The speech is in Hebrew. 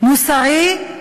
מוסרי,